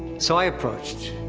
so, i approached,